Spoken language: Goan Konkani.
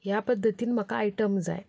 ह्या पद्दतीन म्हाका आयटम जाय